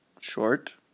short